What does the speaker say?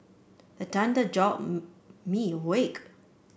the thunder jolt me awake